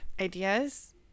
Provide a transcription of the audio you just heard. ideas